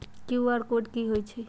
QR code कि हई छई?